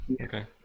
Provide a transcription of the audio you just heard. okay